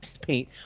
paint